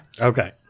Okay